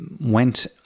went